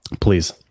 Please